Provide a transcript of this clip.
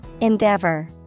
Endeavor